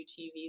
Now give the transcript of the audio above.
TV